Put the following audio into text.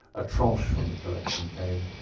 a trenche from the collection came,